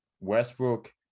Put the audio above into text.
westbrook